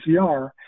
PCR